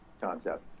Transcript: concept